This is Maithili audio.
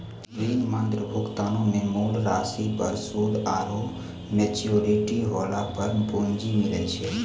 ऋण पत्र भुगतानो मे मूल राशि पर सूद आरु मेच्योरिटी होला पे पूंजी मिलै छै